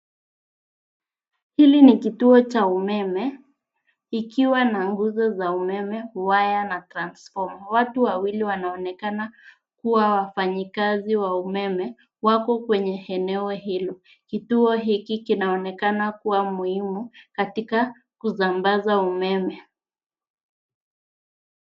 Hili ni kituo cha umeme ikiwa na nguzo za umeme, waya na transformer . Watu wawili wanaonekana kuwa wafanyikazi wa umeme wako kwenye eneo hilo. Kituo hiki kinaonekana kuwa muhimu katika kusambaza umeme.